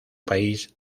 país